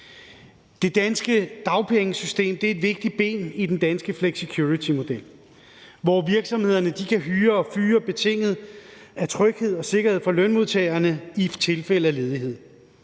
Det danske dagpengesystem er et vigtigt ben i den danske flexicuritymodel, hvor virksomheder kan hyre og fyre betinget af tryghed og sikkerhed for lønmodtagerne i tilfælde af ledighed.